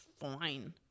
fine